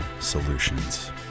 solutions